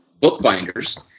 bookbinders –